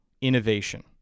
innovation